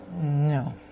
No